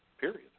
period